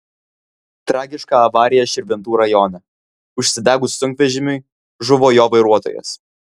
tragiška avarija širvintų rajone užsidegus sunkvežimiui žuvo jo vairuotojas